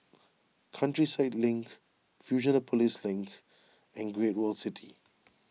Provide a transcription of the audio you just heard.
Countryside Link Fusionopolis Link and Great World City